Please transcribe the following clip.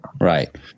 Right